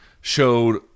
Showed